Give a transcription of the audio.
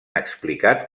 explicat